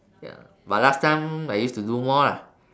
ya but last time I used to do more lah